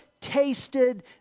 tasted